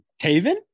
Taven